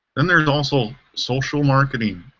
then there is also social marketing,